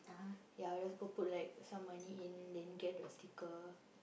ya I'll just go put like some money in then get the sticker